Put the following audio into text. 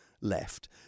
left